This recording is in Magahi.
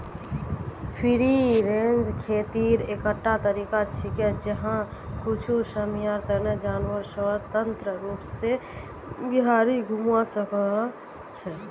फ्री रेंज खेतीर एकटा तरीका छिके जैछा कुछू समयर तने जानवर स्वतंत्र रूप स बहिरी घूमवा सख छ